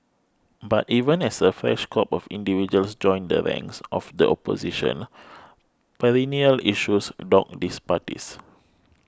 but even as a fresh crop of individuals joins the ranks of the Opposition perennial issues dog these parties